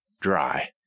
dry